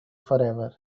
forever